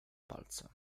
palce